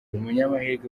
umunyamahirwe